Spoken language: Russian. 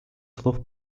слов